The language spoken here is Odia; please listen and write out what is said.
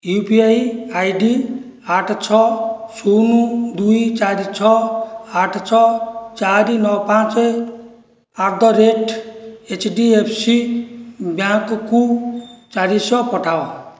you P I I D ଆଠ ଛଅ ଶୂନ ଦୁଇ ଚାରି ଛଅ ଆଠ ଛଅ ଚାରି ନଅ ପାଞ୍ଚ at the rate H D F C ବ୍ୟାଙ୍କକୁ ଚାରିଶହ ପଠାଅ